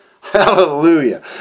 Hallelujah